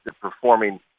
performing